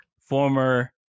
former